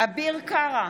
אביר קארה,